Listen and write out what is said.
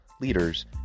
leaders